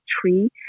tree